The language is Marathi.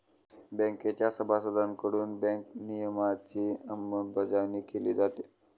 बँकेच्या सभासदांकडून बँक नियमनाची अंमलबजावणी केली जाते